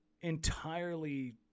entirely